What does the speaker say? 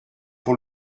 pour